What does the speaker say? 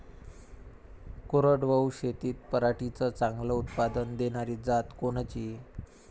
कोरडवाहू शेतीत पराटीचं चांगलं उत्पादन देनारी जात कोनची?